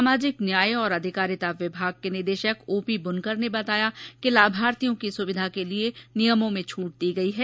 सामाजिक न्याय और अधिकारिता विभाग के निदेशक ओपी बुनकर ने बताया कि लाभार्थियो की सुविधा के लिए नियमों में छूट दी गई है